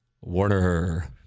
Warner